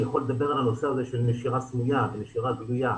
אני יכול לדבר על הנושא הזה של נשירה סמויה ונשירה גלויה.